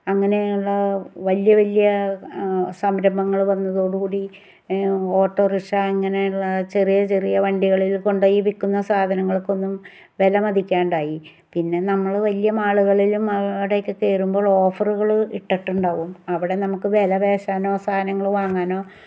അങ്ങനെ ഉള്ള വലിയ വലിയ സംരംഭങ്ങൾ വന്നതോട് കൂടി ഈ ഓട്ടോറിഷ അങ്ങനെ ഉള്ള ചെറിയ ചെറിയ വണ്ടികളിൽ കൊണ്ടുപോയി വിൽക്കുന്ന സാധനങ്ങൾക്കൊന്നും വില മതിക്കാണ്ടായി പിന്നെ നമ്മള് വലിയ മാളുകളിലും അവിടെ ഒക്കെ കയറുമ്പോഴുള്ള ഓഫറുകൾ ഇട്ടിട്ടുണ്ടാകും അവിടെ നമുക്ക് വില പേശാനോ സാധനങ്ങള് വാങ്ങാനോ